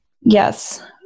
Yes